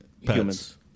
humans